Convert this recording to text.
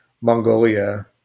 Mongolia